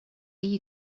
you